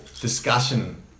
discussion